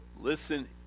listen